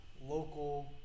local